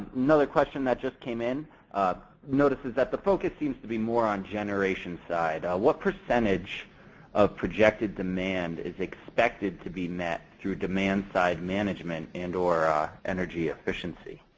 another question that just came in notices that the focus seems to be more on the generation side. what percentage of projected demand is expected to be met through demand side management and or energy efficiency?